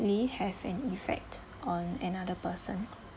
ly~ have an effect on another person